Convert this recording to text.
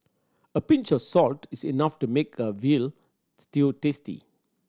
a pinch of salt is enough to make a veal stew tasty